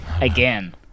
Again